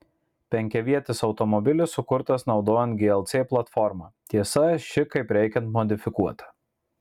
penkiavietis automobilis sukurtas naudojant glc platformą tiesa ši kaip reikiant modifikuota